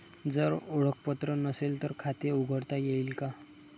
जर ओळखपत्र नसेल तर खाते उघडता येईल का?